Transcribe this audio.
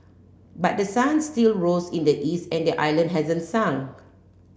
but the sun still rose in the east and the island hasn't sunk